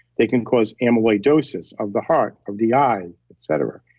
they can cause amyloidosis of the heart, of the eye, et cetera.